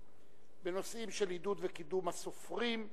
בנושאים של עידוד וקידום הסופרים,